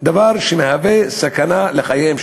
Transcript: דבר שמהווה סכנה לחייהם.